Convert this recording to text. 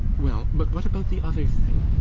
well, but what about the other thing?